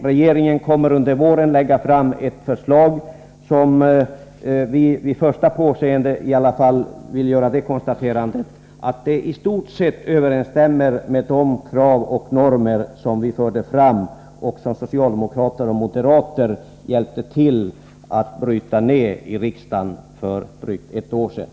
Regeringen kommer under våren att lägga fram ett förslag som, i varje fall vid första påseendet, i stort sett överensstämmer med de krav och normer som vi förde fram och som socialdemokrater och moderater hjälpte till att bryta ned i riksdagen för drygt ett år sedan.